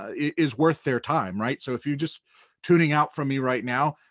is worth their time, right? so if you're just tuning out from me right now,